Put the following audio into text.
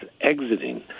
exiting